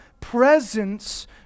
presence